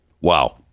Wow